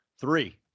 Three